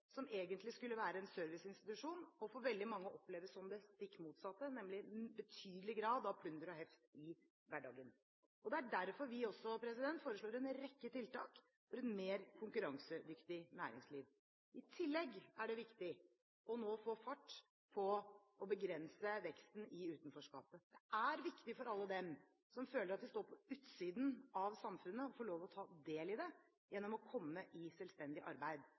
som egentlig skulle være en serviceinstitusjon og for veldig mange oppleves som det stikk motsatte, nemlig en betydelig grad av plunder og heft i hverdagen. Det er derfor vi også foreslår en rekke tiltak for et mer konkurransedyktig næringsliv. I tillegg er det viktig nå å få fart på å begrense veksten i utenforskapet. Det er viktig for alle dem som føler at de står på utsiden av samfunnet, å få lov til å ta del i det gjennom å komme i selvstendig arbeid.